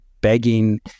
begging